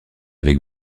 avec